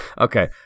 okay